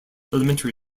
elementary